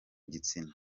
gitsina